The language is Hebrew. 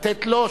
לתת לו,